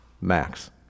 max